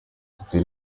dutera